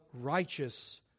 righteous